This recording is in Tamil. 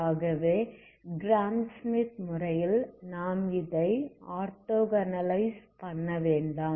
ஆகவே கிராம் ஸ்மித் முறையில் நாம் இதை அர்தோகனலைஸ் பண்ணவேண்டாம்